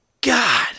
god